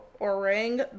Orang